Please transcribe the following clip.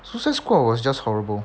suicide squad was just horrible